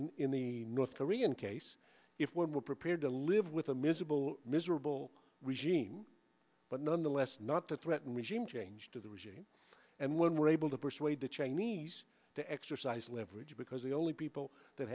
the in the north korean case if we're prepared to live with a miserable miserable regime but nonetheless not to threaten regime change to the regime and when we're able to persuade the chinese to exercise leverage because the only people that